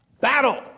battle